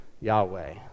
Yahweh